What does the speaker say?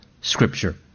Scripture